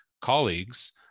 colleagues